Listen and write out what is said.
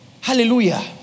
Hallelujah